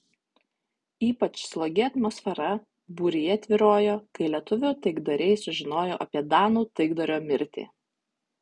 ypač slogi atmosfera būryje tvyrojo kai lietuvių taikdariai sužinojo apie danų taikdario mirtį